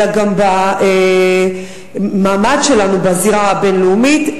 אלא גם למעמד שלנו בזירה הבין-לאומית.